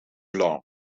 long